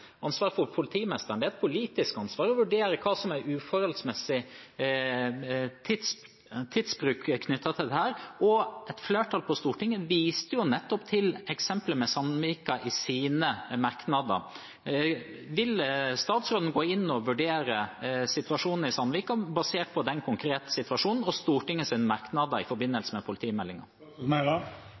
ansvar for politimesteren. Det er et politisk ansvar å vurdere hva som er uforholdsmessig tidsbruk knyttet til dette, og et flertall på Stortinget viste nettopp til eksemplet med Sandvika i sine merknader. Vil statsråden gå inn og vurdere situasjonen i Sandvika basert på den konkrete situasjonen og Stortingets merknader i forbindelse med